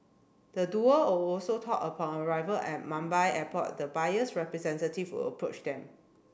the duo all also told upon arrival at Mumbai Airport the buyer's representative would approach them